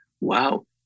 wow